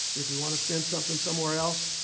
if we want to spend something somewhere else,